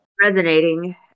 resonating